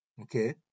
Okay